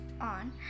on